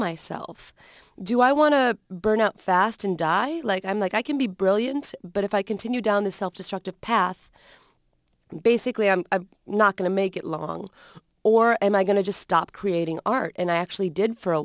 myself do i want to burn out fast and die like i'm like i can be brilliant but if i continue down the self destructive path basically i'm not going to make it long or am i going to just stop creating art and i actually did for a